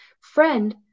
friend